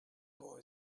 boy